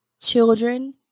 children